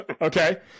okay